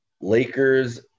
Lakers